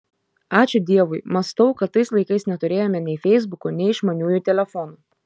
ačiū dievui mąstau kad tais laikais neturėjome nei feisbukų nei išmaniųjų telefonų